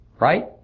Right